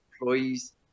employees